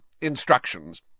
Instructions